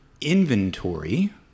inventory